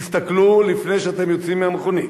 תסתכלו לפני שאתם יוצאים מהמכונית.